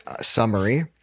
summary